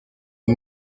est